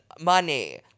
money